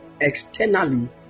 externally